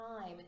time